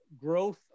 growth